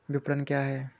विपणन क्या है?